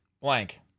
blank